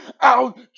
out